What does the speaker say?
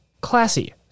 classy